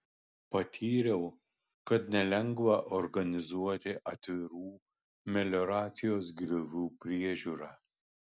patyriau kad nelengva organizuoti atvirų melioracijos griovių priežiūrą